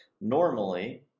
Normally